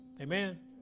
Amen